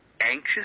Anxious